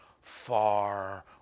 far